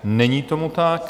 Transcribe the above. Není tomu tak.